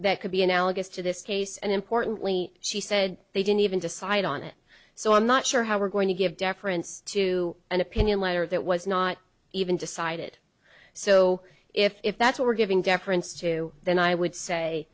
that could be analogous to this case and importantly she said they didn't even decide on it so i'm not sure how we're going to give deference to an opinion letter that was not even decided so if that's what we're giving deference to then i would say